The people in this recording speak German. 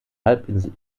halbinsel